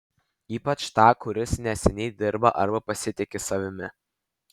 ypač tą kuris neseniai dirba arba nepasitiki savimi